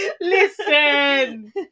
Listen